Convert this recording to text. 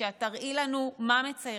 שאת תראי לנו מה מציירים.